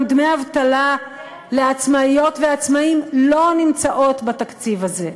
גם דמי אבטלה לעצמאיות ועצמאים לא נמצאים בתקציב הזה.